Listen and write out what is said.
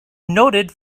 noted